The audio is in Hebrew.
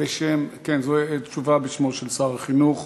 זו תשובה בשמו של שר החינוך